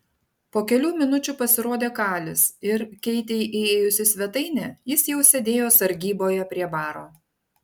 po kelių minučių pasirodė kalis ir keitei įėjus į svetainę jis jau sėdėjo sargyboje prie baro